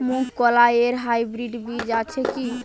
মুগকলাই এর হাইব্রিড বীজ আছে কি?